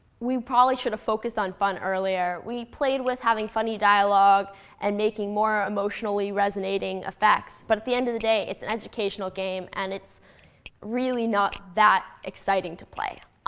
we probably should have focused on fun earlier. we played with having funny dialogue and making more emotionally resonating effects. but at the end of the day, it's an educational game. and it's really not that exciting to play.